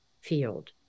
field